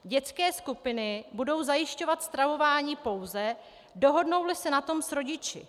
Dětské skupiny budou zajišťovat stravování, pouze dohodnouli se na tom s rodiči.